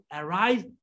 arise